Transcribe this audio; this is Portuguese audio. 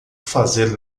fazer